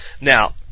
Now